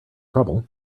trouble